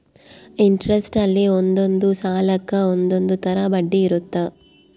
interest ಅಲ್ಲಿ ಒಂದೊಂದ್ ಸಾಲಕ್ಕ ಒಂದೊಂದ್ ತರ ಬಡ್ಡಿ ಇರುತ್ತ